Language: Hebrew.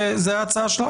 וזו ההצעה שלכם?